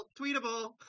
tweetable